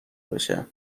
بشه